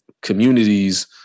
communities